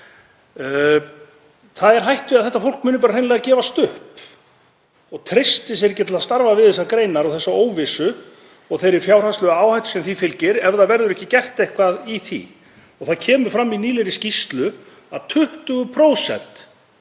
Það er hætt við að þetta fólk muni hreinlega gefast upp og treysti sér ekki til að starfa við þessar greinar og þessa óvissu og þá fjárhagslegu áhættu sem fylgir ef ekki verður gert eitthvað í því. Það kemur fram í nýlegri skýrslu að 20%